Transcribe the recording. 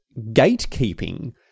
gatekeeping